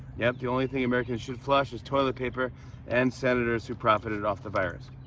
yep, the only thing americans should flush is toilet paper and senators who profited off the virus.